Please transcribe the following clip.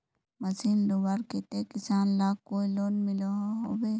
Machine लुबार केते किसान लाक कोई लोन मिलोहो होबे?